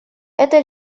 это